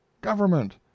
Government